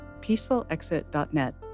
peacefulexit.net